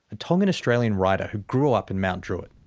a tongan-australian writer who grew up in mount druitt.